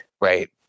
right